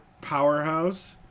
Powerhouse